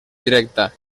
directa